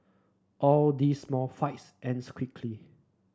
all these small fights ends quickly